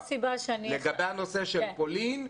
לגבי הנושא של פולין,